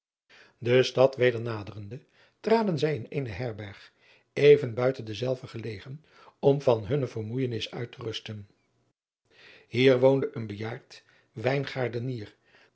e stad weder naderende traden zij in eene erberg even buiten dezelve gelegen om van hunne vermoeidheid uit te rusten ier woonde een bejaard wijngaardenier